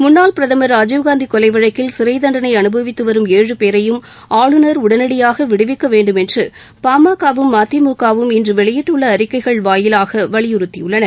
முன்னாள் பிரதமர் ராஜீவ்காந்தி கொலை வழக்கில் சிறை தண்டனை அனுபவித்து வரும் ஏழு பேரையும் ஆளுநர் உடனடியாக விடுவிக்க வேண்டும் என்று பாமக வும் மதிமுக வும் இன்று வெளியிட்டுள்ள அறிக்கைகள் வாயிலாக வலியுறுத்தியுள்ளன